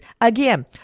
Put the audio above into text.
Again